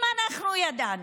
אם אנחנו ידענו,